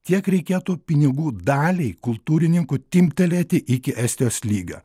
tiek reikėtų pinigų dalį kultūrininkų timptelėti iki estijos lygio